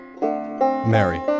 Mary